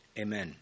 Amen